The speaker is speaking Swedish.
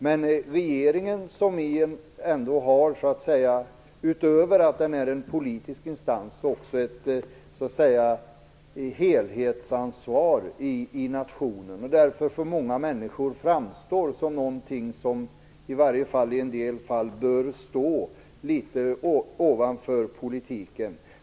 Men regeringen har ändå, utöver att den är en politisk instans, också ett helhetsansvar i nationen, och framstår därför för många människor som någonting som åtminstone i en del fall bör stå över politiken.